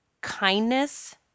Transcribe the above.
kindness